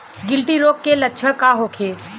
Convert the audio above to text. गिल्टी रोग के लक्षण का होखे?